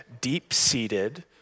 deep-seated